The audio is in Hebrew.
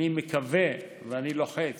אני מקווה ואני לוחץ